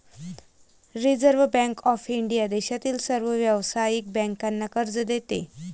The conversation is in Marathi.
रिझर्व्ह बँक ऑफ इंडिया देशातील सर्व व्यावसायिक बँकांना कर्ज देते